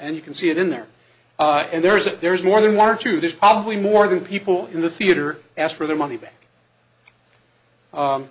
and you can see it in there and there is a there's more than one or two there's probably more than people in the theater asked for their money back